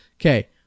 okay